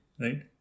right